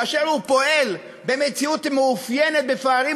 כאשר הוא פועל במציאות שמתאפיינת בפערים